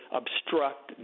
obstruct